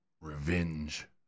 revenge